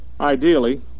Ideally